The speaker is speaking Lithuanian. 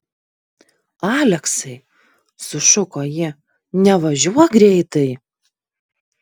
aleksai sušuko ji nevažiuok greitai